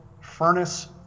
furnace